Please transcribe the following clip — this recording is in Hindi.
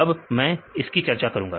अब मैं इसकी चर्चा करूंगा